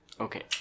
Okay